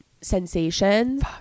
sensations